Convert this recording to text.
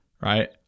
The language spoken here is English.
Right